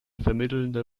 vermittelnde